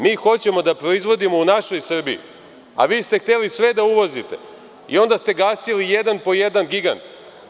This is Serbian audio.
Mi hoćemo da proizvodimo u našoj Srbiji, a vi ste hteli sve da uvozite i onda ste gasili jedan po jedan gigant.